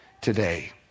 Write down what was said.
today